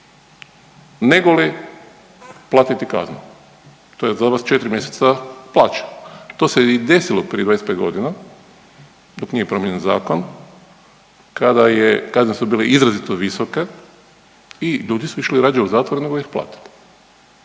nego li platiti kaznu. To je za vas 4 mjeseca plaća. To se i desilo prije 25 godina dok nije promijenjen zakon kada kazne su bile izrazito visoke i ljudi su išli rađe u zatvor nego ih platili.